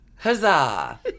Huzzah